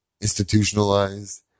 Institutionalized